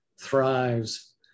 thrives